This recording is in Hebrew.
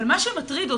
מה שמטריד אותי,